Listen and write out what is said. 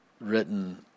written